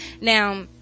Now